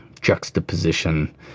Juxtaposition